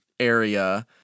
area